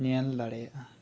ᱧᱮᱞ ᱫᱟᱲᱮᱭᱟᱜᱼᱟ